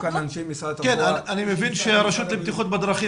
היו כאן אנשי משרד התחבורה --- אני מבין שהרשות לבטיחות בדרכים,